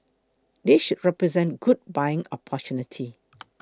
this should represent good buying opportunity